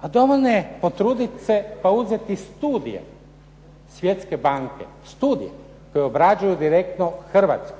A dovoljno je potrudit se pa uzeti studije Svjetske banke, studije koje obrađuju direktno Hrvatsku,